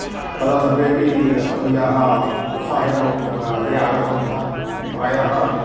तदा सर्वेपि अस्मदीयाः उत्साहेन अग्रे आगतवन्तः प्रायः